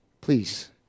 Please